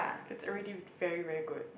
it's already with very very good